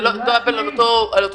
אם זה לא נופל על אותו דבר.